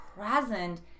present